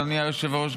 אדוני היושב-ראש,